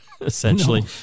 essentially